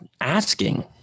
asking